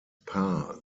paar